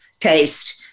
taste